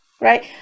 right